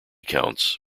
counts